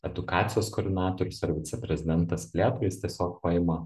edukacijos koordinatorius ar viceprezidentas plėtrai jis tiesiog paima